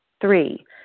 three